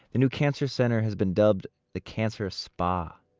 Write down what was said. the new cancer center has been dubbed the cancer spa.